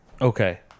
Okay